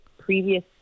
previous